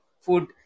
food